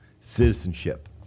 citizenship